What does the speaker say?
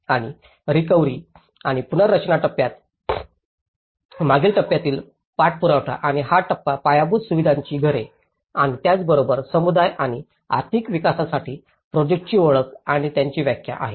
आणि रिकव्हरी आणि पुनर्रचना टप्प्यात मागील टप्प्यातील पाठपुरावा आणि हा टप्पा पायाभूत सुविधांची घरे आणि त्याचबरोबर समुदाय आणि आर्थिक विकासासाठी प्रोजेक्टांची ओळख आणि व्याख्या आहे